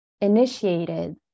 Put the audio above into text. initiated